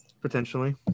potentially